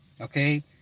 okay